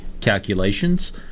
calculations